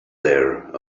there